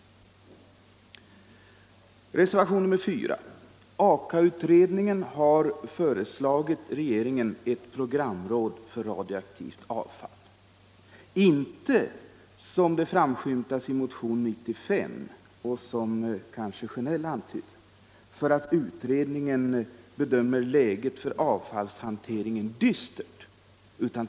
Beträffande reservationen 4 vill jag framhålla att Aka-utredningen har föreslagit regeringen ett programråd för radioaktivt avfall — inte, som det framskymtar i motionen 95 och som herr Sjönell kanske antydde, för att utredningen bedömer läget för avfallshanteringen vara dystert.